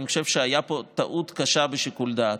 אני חושב שהייתה פה טעות קשה בשיקול הדעת,